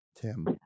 Tim